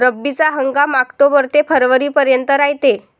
रब्बीचा हंगाम आक्टोबर ते फरवरीपर्यंत रायते